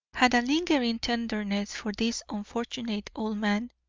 had a lingering tenderness for this unfortunate old man,